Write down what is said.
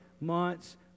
months